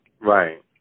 Right